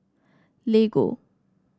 Lego